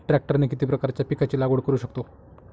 ट्रॅक्टरने किती प्रकारच्या पिकाची लागवड करु शकतो?